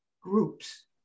groups